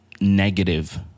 negative